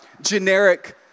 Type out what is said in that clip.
generic